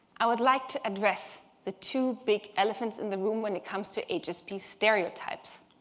i would like to address the two big elephants in the room when it comes to hsp stereotypes.